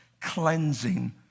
cleansing